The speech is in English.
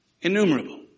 innumerable